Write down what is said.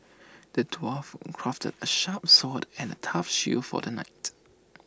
the dwarf crafted A sharp sword and A tough shield for the knight